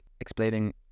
explaining